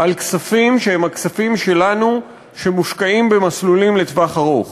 על כספים שהם הכספים שלנו שמושקעים במסלולים לטווח ארוך.